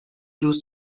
روز